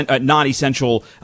non-essential